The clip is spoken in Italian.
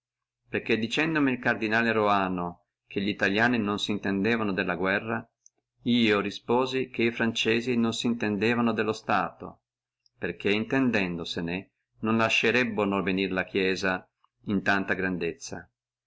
perché dicendomi el cardinale di roano che li italiani non si intendevano della guerra io risposi che e franzesi non si intendevano dello stato perché se se nintendessino non lascerebbono venire la chiesia in tanta grandezza